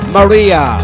Maria